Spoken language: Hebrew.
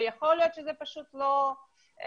יכול להיות שזה פשוט לא במודעות,